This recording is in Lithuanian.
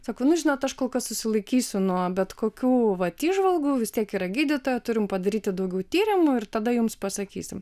sako nu žinot aš kol kas susilaikysiu nuo bet kokių vat įžvalgų vis tiek yra gydytoja turim padaryti daugiau tyrimų ir tada jums pasakysim